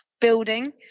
building